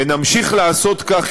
ונמשיך לעשות כך,